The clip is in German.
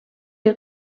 der